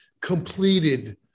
completed